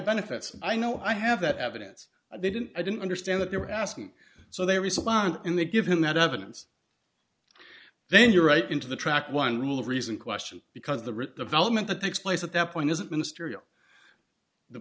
benefits i know i have that evidence they didn't i didn't understand that they were asking so they respond and they give him that evidence then you're right into the track one rule of reason question because the writ development that takes place at that point isn't minist